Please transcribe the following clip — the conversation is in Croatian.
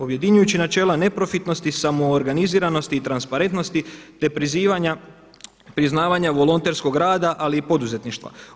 Objedinjujući načela neprofitnosti, samoorganiziranosti i transparentnosti, te prizivanja priznavanja volonterskog rada ali i poduzetništva.